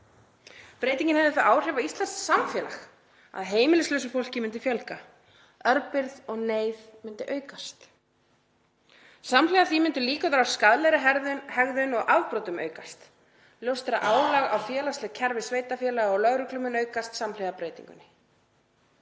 Breytingin hefði þau áhrif á íslenskt samfélag að heimilislausu fólki myndi fjölga, örbirgð og neyð aukast. Samhliða því myndu líkurnar á skaðlegri hegðun og afbrotum aukast. Ljóst er að álag á félagsleg kerfi sveitarfélaga og lögreglu mun aukast, samhliða breytingunni.“